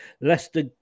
Leicester